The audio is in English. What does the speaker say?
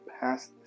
past